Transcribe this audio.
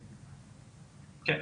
כן,